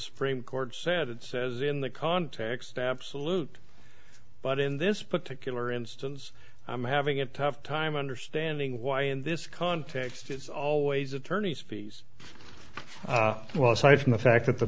supreme court said it says in the context absolute but in this particular instance i'm having a tough time understanding why in this context it's always attorneys fees well aside from the fact that the